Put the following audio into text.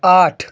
आठ